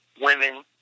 women